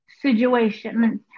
situation